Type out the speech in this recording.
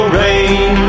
rain